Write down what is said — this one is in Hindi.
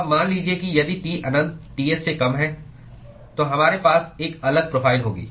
अब मान लीजिए कि यदि T अनंत Ts से कम है तो हमारे पास एक अलग प्रोफ़ाइल होगी